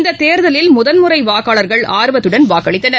இந்த தேர்தலில் முதன்முறை வாக்காளர்கள் ஆர்வத்துடன் வாக்களித்தனர்